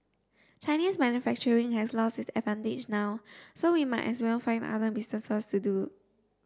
Chinese manufacturing has lost it advantage now so we might as well find other business to do